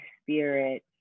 spirit